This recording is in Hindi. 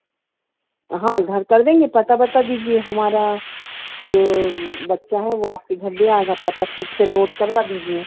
हाँ घर कर देंगे पता बता दीजिए हमारा जो बच्चा है वह आपके घर दे आएगा पता ठीक से नोट करवा दीजिए